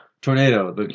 Tornado